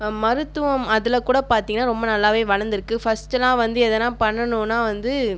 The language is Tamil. மருத்துவம் அதில் கூட பார்த்தீங்கன்னா ரொம்ப நல்லாவே வளர்ந்துருக்கு ஃபஸ்ட்டுலாம் வந்து எதனா பண்ணனுனால் வந்து